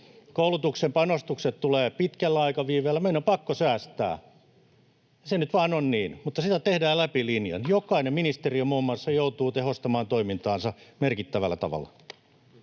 koulutuksen panostukset tulevat pitkällä aikaviiveellä. Meidän on pakko säästää, se nyt vaan on niin, mutta sitä tehdään läpi linjan. Jokainen ministeriö muun muassa joutuu tehostamaan toimintaansa merkittävällä tavalla.